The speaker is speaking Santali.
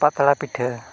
ᱯᱟᱛᱲᱟ ᱯᱤᱴᱷᱟᱹ